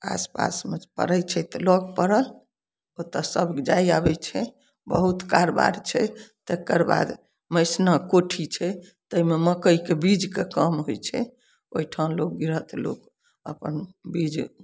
आसपासमे पड़य छै तऽ लग पड़ल ओतऽ सब जाइ आबय छै बहुत कारबार छै तकर बाद मैसना कोठी छै तैमे मकईके बीजके काम होइ छै ओइठाम लोग ग्रिहस्त लोग अपन बीज